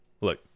look